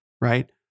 right